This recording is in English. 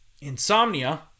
Insomnia